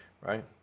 Right